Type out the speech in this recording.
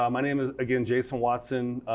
um my name again, jason watson,